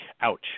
Ouch